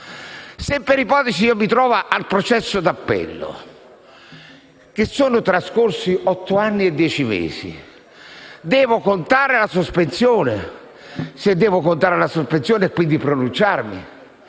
Se, per ipotesi, io mi trovo al processo di appello e sono trascorsi otto anni e dieci mesi, devo contare la sospensione? Se devo farlo e quindi pronunciarmi